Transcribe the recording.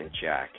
Jack